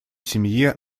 семье